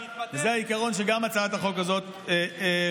זה העיקרון שגם הצעת החוק הזאת מגלמת.